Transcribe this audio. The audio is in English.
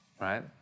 right